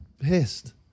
pissed